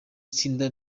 itsinda